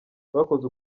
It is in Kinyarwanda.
twakoze